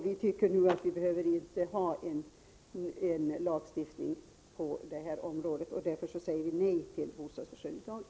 Vi anser att man inte behöver ha en lagstiftning på det här området, och därför säger vi nej till bostadsförsörjningslagen.